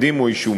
עדים או אישומים.